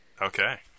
Okay